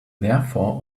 therefore